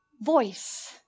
voice